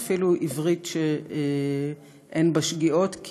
ואפילו עברית שאין בה שגיאות,